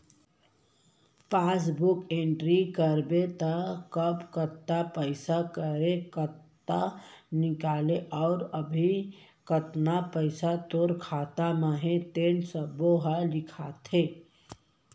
passbook entry कराबे त कब कतका जमा करेस, कतका निकालेस अउ अभी कतना पइसा तोर खाता म हे तेन सब्बो ह लिखाथे